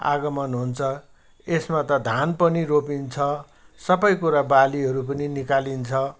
आगमन हुन्छ यसमा त धान पनि रोपिन्छ सबै कुरा बालीहरू पनि निकालिन्छ